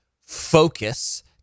focus